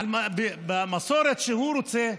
במסורת שהוא רוצה,